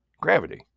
gravity